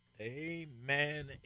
Amen